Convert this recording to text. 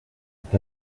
est